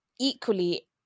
equally